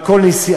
על כל נסיעה,